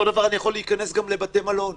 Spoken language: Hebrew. אותו דבר אני יכול להיכנס גם לבתי מלון.